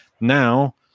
now